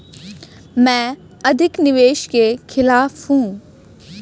मैं अधिक निवेश के खिलाफ हूँ